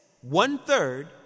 one-third